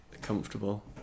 comfortable